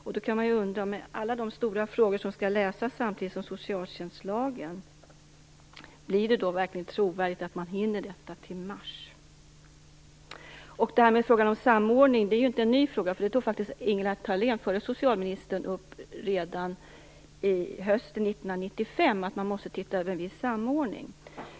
Med tanke på alla de stora frågor som skall lösas samtidigt som socialtjänstlagen kan man då undra om det verkligen är trovärdigt att säga att man hinner detta till mars. Frågan om samordning är inte ny. Redan hösten 1995 tog den förra socialministern Ingela Thalén upp att man måste se över behovet av samordning.